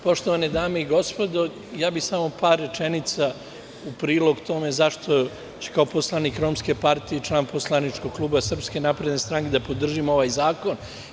Poštovane dame i gospodo, ja bih samo par rečenica u prilog tome zašto ću kao poslanik Romske partije i član poslaničkog kluba SNS da podržim ovaj zakon.